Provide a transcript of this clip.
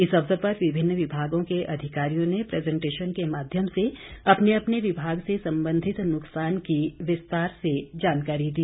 इस अवसर पर विभिन्न विभागों के अधिकारियों ने प्रैजेन्टेशन के माध्यम से अपने अपने विभाग से संबंधित नुकसान की विस्तार से जानकारी दी